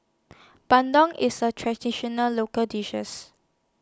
Bandung IS A Traditional Local